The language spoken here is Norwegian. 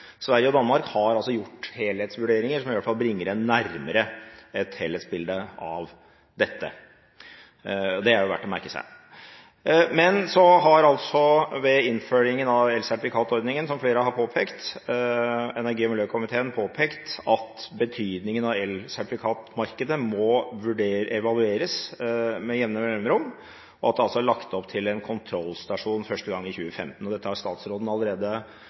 Sverige og Danmark har gjort helhetsvurderinger som i hvert fall bringer dem nærmere et helhetsbilde av dette. Det er verdt å merke seg. Ved innføringen av elsertifikatordningen har, som flere har vært inne på, energi- og miljøkomiteen påpekt betydningen av at elsertifikatmarkedet evalueres med jevne mellomrom, og at det er lagt opp til en kontrollstasjon første gang i 2015. Dette har statsråden allerede